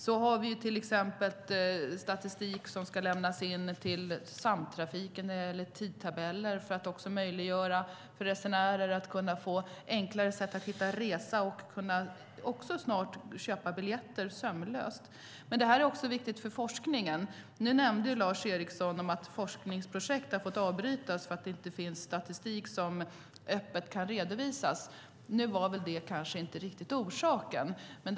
Vi har till exempel statistik över tidtabeller som ska lämnas in till Samtrafiken för att resenärer ska kunna hitta en resa enklare och snart också kunna köpa biljetter sömlöst. Men det här är också viktigt för forskningen. Lars Eriksson nämnde att forskningsprojekt fått avbrytas för att det inte funnits statistik som kunnat redovisas öppet. Nu var väl det inte riktigt orsaken.